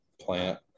plant